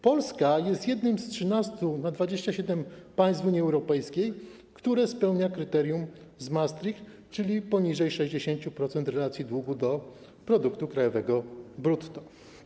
Polska jest jednym z 13 na 27 państw Unii Europejskiej, które spełniają kryterium z Maastricht, czyli poniżej 60% relacji długu do produktu krajowego brutto.